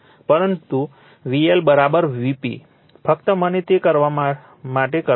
પરંતુ VL Vp ફક્ત મને તે માટે કરવા દો